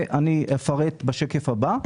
ואני אפרט על זה בשקף הבא.